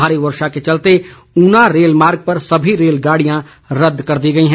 भारी वर्षा के चलते ऊना रेल मार्ग पर सभी रेल गाड़ियां रद्द कर दी गई हैं